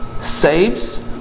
saves